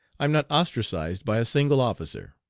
i am not ostracized by a single officer.